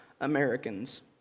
Americans